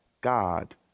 god